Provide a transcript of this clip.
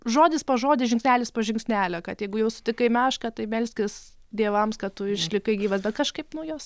žodis po žodį žingsnelis po žingsnelio kad jeigu jau sutikai mešką tai melskis dievams kad tu išlikai gyvas bet kažkaip nu jos